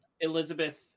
elizabeth